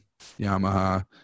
Yamaha